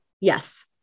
Yes